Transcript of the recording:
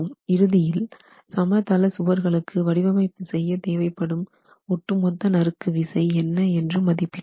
இறுதியில் சமதள சுவர்களுக்கு வடிவமைப்பு செய்ய தேவைப்படும் ஒட்டுமொத்த நறுக்கு விசை என்ன என்று மதிப்பிட்டோம்